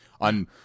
on